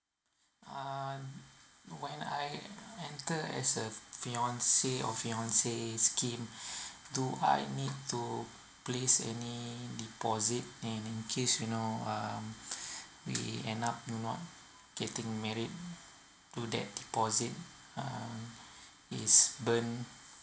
uh when I enter as a fiance or fiancee scheme do I need to place any deposit and in case you know um we end up not getting married do that deposit uh is burnt